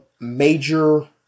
major